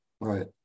right